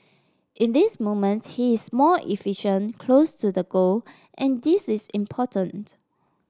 in this moment he is more efficient close to the goal and this is important